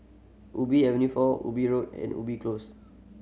Ubi Avenue Four Ubi Road and Ubi Close